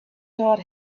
taught